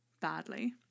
badly